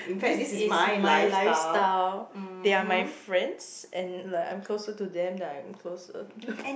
this is my lifestyle they are my friends and like I'm closer to them than I am closer to